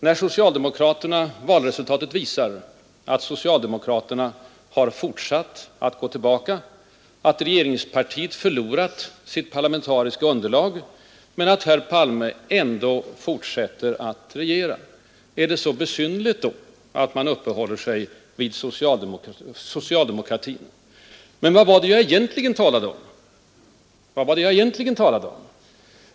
När valresultatet visar att socialdemokraterna har fortsatt att gå tillbaka, att regeringspartiet förlorat sitt parlamentariska underlag men herr Palme ändå fortsätter att regera, är det då besynnerligt att man uppehåller sig vid socialdemokratin? Men vad var det jag egentligen talade om?